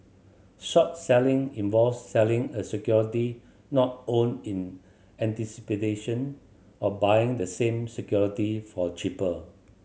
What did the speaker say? short selling involves selling a security not owned in of buying the same security for cheaper